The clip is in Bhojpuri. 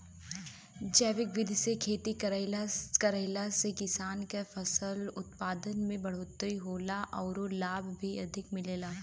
जैविक विधि से खेती करले से किसान के फसल उत्पादन में बढ़ोतरी होला आउर लाभ भी अधिक मिलेला